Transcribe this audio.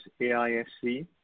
AISC